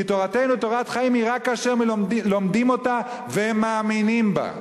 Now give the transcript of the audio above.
כי תורתנו היא תורת חיים רק כאשר לומדים אותה ומאמינים בה.